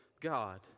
God